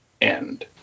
end